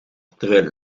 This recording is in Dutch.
terwijl